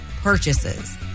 purchases